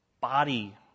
body